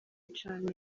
cane